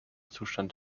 zustand